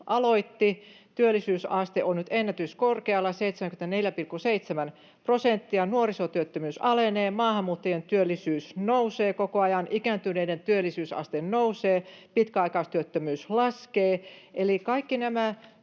aloitti. Työllisyysaste on nyt ennätyskorkealla, 74,7 prosenttia. Nuorisotyöttömyys alenee, maahanmuuttajien työllisyys nousee koko ajan, ikääntyneiden työllisyysaste nousee, pitkäaikaistyöttömyys laskee — eli kaikilla